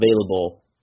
available